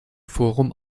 forum